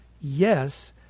yes